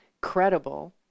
credible